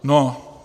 No.